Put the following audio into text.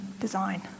design